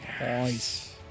Nice